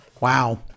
Wow